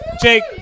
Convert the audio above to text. Jake